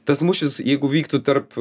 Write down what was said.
tas mūšis jeigu vyktų tarp